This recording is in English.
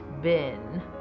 bin